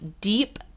deep